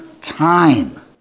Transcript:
time